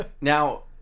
Now